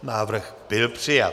Návrh byl přijat.